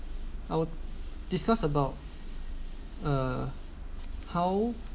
I will discuss about uh how